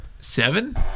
seven